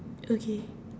okay